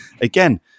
again